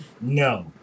No